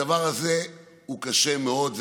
הדבר הזה קשה מאוד.